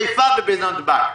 חיפה ובנתב"ג.